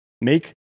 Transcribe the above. Make